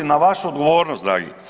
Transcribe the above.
Na vašu odgovornost dragi.